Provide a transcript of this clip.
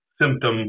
symptom